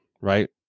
right